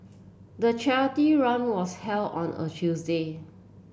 the charity run was held on a Tuesday